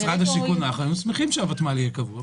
במשרד השיכון היו שמחים שהוותמ"ל יהיה קבוע.